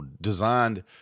designed